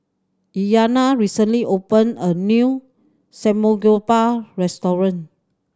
Iyanna recently opened a new Samgeyopsal restaurant